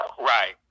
right